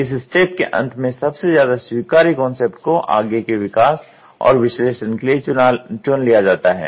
इस स्टेप के अंत में सबसे ज्यादा स्वीकार्य कांसेप्ट को आगे के विकास और विश्लेषण के लिए चुना लिया जाता है